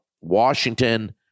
Washington